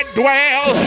dwell